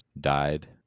died